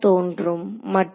தோன்றும் மற்றும்